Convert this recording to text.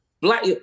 black